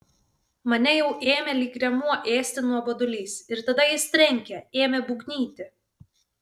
mane jau ėmė lyg rėmuo ėsti nuobodulys ir tada jis trenkė ėmė būgnyti